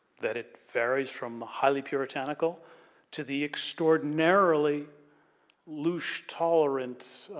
that it varies from the highly puritanical to the extraordinarily louche tolerant,